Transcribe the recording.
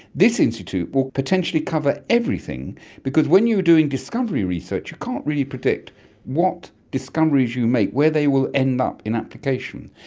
this institute will potentially cover everything because when you are doing discovery research you can't really predict what discoveries you make, where they will end up in application.